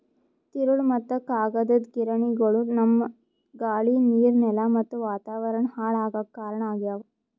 ತಿರುಳ್ ಮತ್ತ್ ಕಾಗದದ್ ಗಿರಣಿಗೊಳು ನಮ್ಮ್ ಗಾಳಿ ನೀರ್ ನೆಲಾ ಮತ್ತ್ ವಾತಾವರಣ್ ಹಾಳ್ ಆಗಾಕ್ ಕಾರಣ್ ಆಗ್ಯವು